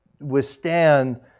withstand